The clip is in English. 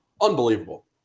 Unbelievable